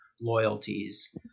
loyalties